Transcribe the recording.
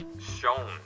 shown